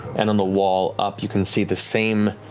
and on the wall up, you can see the same